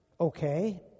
okay